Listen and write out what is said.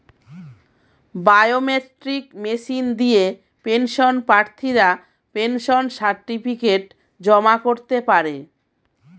biometric machine দিয়ে pension প্রার্থীরা pension certificate জমা করতে পারে